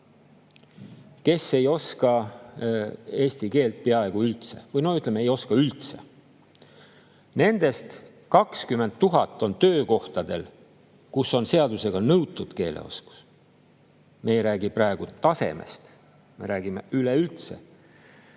kes ei oska eesti keelt peaaegu üldse või ei oska üldse. Nendest 20 000 on töökohtadel, kus on seadusega nõutud keeleoskus. Me ei räägi praegu tasemest, me räägime üleüldse